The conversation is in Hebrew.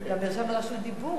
הוא גם נרשם לרשות דיבור.